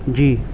جی